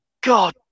god